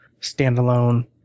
standalone